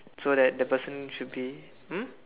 so that the person should be hmm